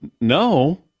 no